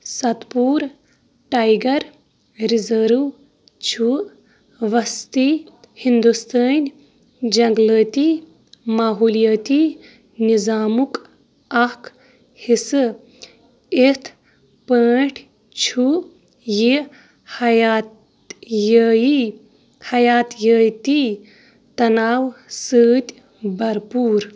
Satpura tiger reserve چھُ وسطی ہندوستٲنۍ جنٛگلٲتی ماحولیٲتی نظامُک اکھ حصہٕ یِتھ پٲٹھۍ چھُ یہِ حیاتیٲیی حیاتیٲتی تَناو سۭتۍ بھَرپوٗر